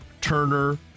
Turner